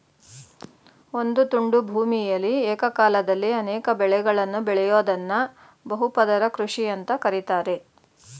ಒಂದು ತುಂಡು ಭೂಮಿಯಲಿ ಏಕಕಾಲದಲ್ಲಿ ಅನೇಕ ಬೆಳೆಗಳನ್ನು ಬೆಳಿಯೋದ್ದನ್ನ ಬಹು ಪದರ ಕೃಷಿ ಅಂತ ಕರೀತಾರೆ